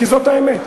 כי זאת האמת,